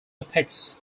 depicts